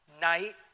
night